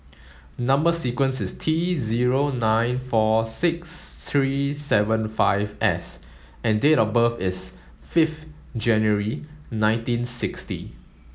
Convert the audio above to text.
number sequence is T zero nine four six three seven five S and date of birth is fifth January nineteen sixty